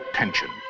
tension